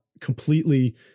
completely